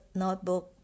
notebook